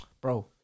bro